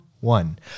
one